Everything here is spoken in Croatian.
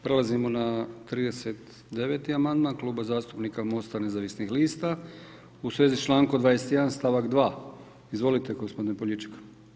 Prelazimo na 39 amandman Kluba zastupnika MOST-a nezavisnih lista u svezi s člankom 21. stavak 2. Izvolite gospodine Poljičak.